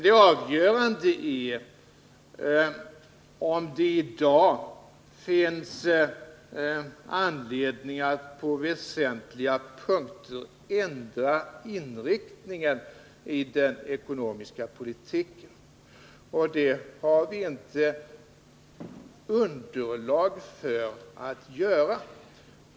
Det avgörande är emellertid om det i dag finns anledning att på väsentliga punkter ändra inriktningen i den ekonomiska politiken. Det har vi inte underlag för att göra.